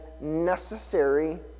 necessary